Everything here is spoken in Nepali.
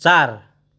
चार